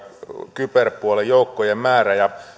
kyberpuolen joukkojen määrä